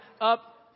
up